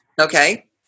Okay